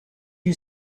you